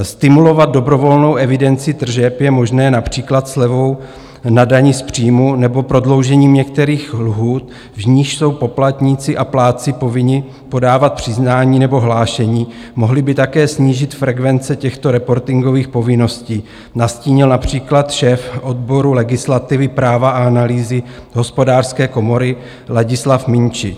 Stimulovat dobrovolnou evidenci tržeb je možné například slevou na dani z příjmu nebo prodloužením některých lhůt, v nichž jsou poplatníci a plátci povinni podávat přiznání nebo hlášení, mohli by také snížit frekvence těchto reportingových povinností, nastínil například šéf odboru legislativy, práva a analýzy Hospodářské komory Ladislav Minčič.